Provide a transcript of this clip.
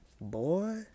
boy